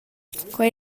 quei